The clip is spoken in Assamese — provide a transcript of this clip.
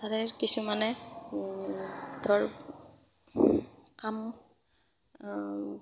তাৰে কিছুমানে ধৰ কাম